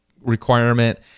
requirement